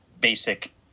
basic